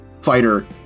fighter